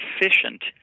efficient